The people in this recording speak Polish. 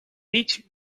idź